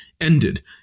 ended